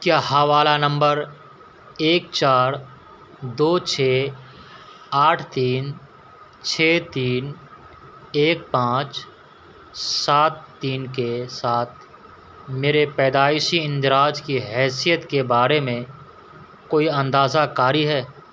کیا حوالہ نمبر ایک چار دو چھ آٹھ تین چھ تین ایک پانچ سات تین کے ساتھ میرے پیدائشی اندراج کی حیثیت کے بارے میں کوئی اندازہ کاری ہے